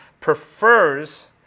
prefers